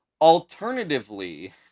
alternatively